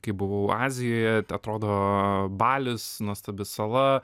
kai buvau azijoje atrodo balis nuostabi sala